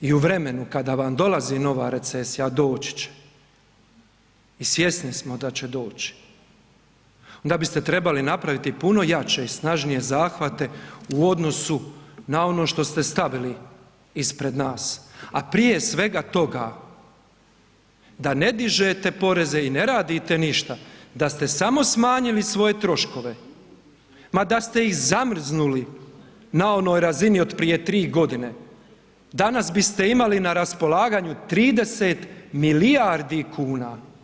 I u vremenu kada vam dolazi nova recesija, a doći će i svjesni smo da će doći, onda biste trebali napraviti puno jače i snažnije zahvate u odnosu na ono što ste stavili ispred nas, a prije svega toga, da ne dižete poreze i ne radite ništa, da ste samo smanjili svoje troškove, ma da ste ih zamrznuli na onoj razini od prije 3 godine, danas biste imali na raspolaganju 30 milijardi kuna.